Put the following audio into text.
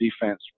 defense